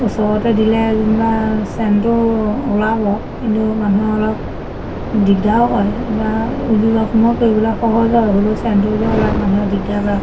ওচৰতে দিলে যেনিবা চেণ্টটো ওলাব কিন্তু মানুহৰ অলপ দিগদাৰো হয় এতিয়া উলিওৱা সোমোৱা কৰিবলৈ সহজ হয় হ'লেও চেণ্টটো যে ওলায় মানুহে দিগদাৰ পায়